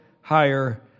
higher